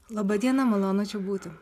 laba diena malonu čia būti